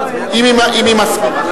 אם היא מסכימה.